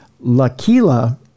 L'Aquila